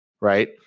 right